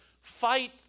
Fight